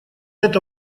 эта